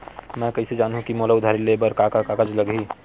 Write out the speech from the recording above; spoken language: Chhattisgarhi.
मैं कइसे जानहुँ कि मोला उधारी ले बर का का कागज चाही?